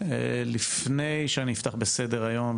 לפני שאפתח בסדר-היום,